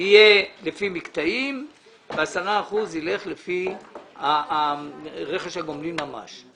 יהיו לפי מקטעים ו-10 אחוזים ילכו לפי רכש הגומלין ממש.